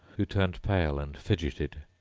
who turned pale and fidgeted.